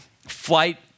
flight